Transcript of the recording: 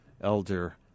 Elder